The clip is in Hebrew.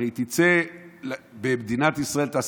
הרי אם תעשה סקר במדינת ישראל: